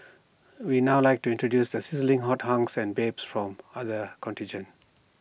we'd now like to introduce the sizzling hot hunks and babes from other contingents